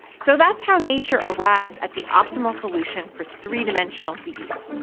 so that's how nature arrives at the optimal solution for three-dimensional bees,